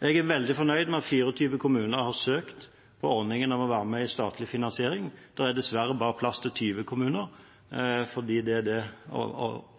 Jeg er veldig fornøyd med at 24 kommuner har søkt om å være med i ordningen med statlig finansiering. Det er dessverre bare plass til 20 kommuner, fordi det er det